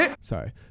Sorry